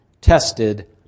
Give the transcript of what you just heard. tested